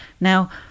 Now